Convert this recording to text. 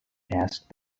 asked